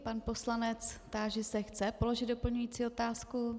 Pan poslanec táži se, chce položit doplňující otázku.